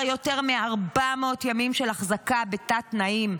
יותר מ-400 ימים של החזקה בתת-תנאים.